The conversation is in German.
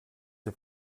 sie